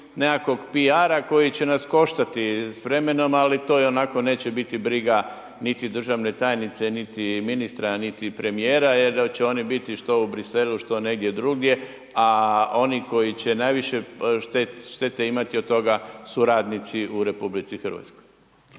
nekakvom PR koji će nas koštati s vremenom, ali to onako neće biti briga niti državne tajnice niti ministra niti premjera, jer će oni biti što u Bruxellesu, što negdje drugdje, a oni koji će najviše štete imati od toga su radnici u RH.